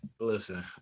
Listen